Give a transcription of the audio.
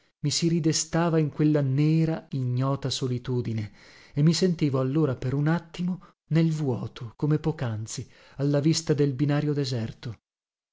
mi si ridestava in quella nera ignota solitudine e mi sentivo allora per un attimo nel vuoto come pocanzi alla vista del binario deserto